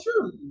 true